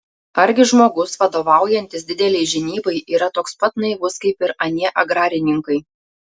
argi žmogus vadovaujantis didelei žinybai yra toks pat naivus kaip ir anie agrarininkai